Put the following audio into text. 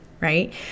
right